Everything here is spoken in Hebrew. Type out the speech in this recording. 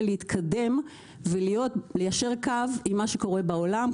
להתקדם וליישר קו עם מה שקורה בעולם.